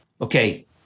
okay